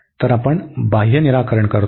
तर आपण बाह्य निराकरण करतो